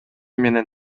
менен